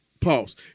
pause